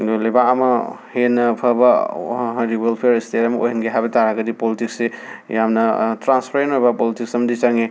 ꯂꯩꯕꯥꯛ ꯑꯃ ꯍꯦꯟꯅ ꯐꯕ ꯍꯥꯏꯗꯤ ꯋꯦꯜꯐ꯭ꯌꯔ ꯁ꯭ꯇꯦꯠ ꯑꯃ ꯑꯣꯏꯍꯟꯒꯦ ꯍꯥꯏꯕ ꯇꯥꯔꯒꯗꯤ ꯄꯣꯜꯇꯤꯛꯁꯁꯦ ꯌꯥꯝꯅ ꯇ꯭ꯔꯥꯟꯁꯄꯔꯦꯟ ꯑꯣꯏꯕ ꯄꯣꯜꯇꯤꯛꯁ ꯑꯃꯗꯤ ꯆꯪꯉꯦ